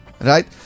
Right